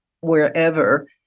wherever